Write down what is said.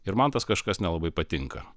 ir man tas kažkas nelabai patinka